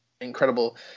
incredible